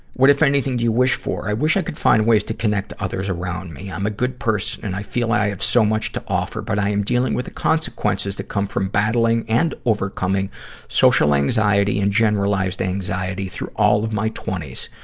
what, if anything, do you wish for? i wish i could find ways to connect to others around me. i'm a good person and i feel i have so much to offer, but i am dealing with the consequences that come from battling and overcoming social anxiety and generalized anxiety through all of my twenty s,